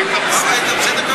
היית בסדר גמור.